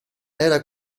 era